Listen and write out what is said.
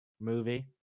movie